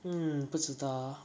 mm 不知道